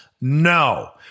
No